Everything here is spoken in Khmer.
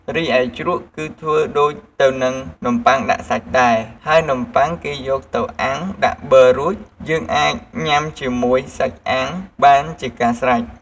រីឯជ្រក់គឺធ្វើដូចទៅនឹងនំបុ័ងដាក់សាច់ដែរហើយនំបុ័ងគេយកទៅអាំងដាក់ប័ររួចយើងអាចញុាំជាមួយសាច់អាំងបានជាការស្រេច។